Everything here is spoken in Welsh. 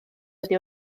oddi